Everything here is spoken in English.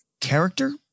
character